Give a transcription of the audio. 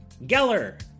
Geller